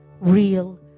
real